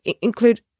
include